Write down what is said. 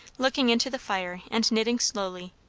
looking into the fire and knitting slowly.